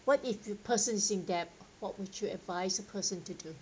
what if the person in debt what would you advise a person to do